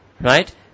Right